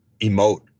emote